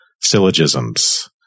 syllogisms